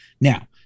Now